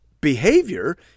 behavior